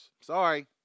Sorry